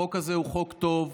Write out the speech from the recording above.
החוק הזה הוא חוק טוב,